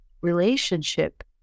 relationship